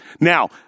Now